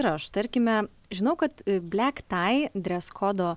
ir aš tarkime žinau kad blek tai dreskodo